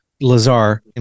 Lazar